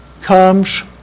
comes